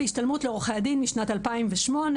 בהשתלמות לעורכי הדין משנת 2008,